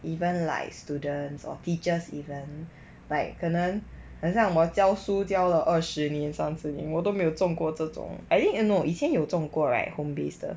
even like students or teachers even like 可能很像我教书教了二十年三十年我都没有重过这种 I think no 以前有重过 right home based 的